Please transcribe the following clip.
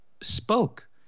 spoke